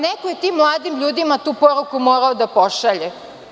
Neko je tim mladim ljudima tu poruku morao da pošalje.